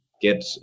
get